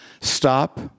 stop